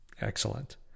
Excellent